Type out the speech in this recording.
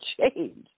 change